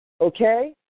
okay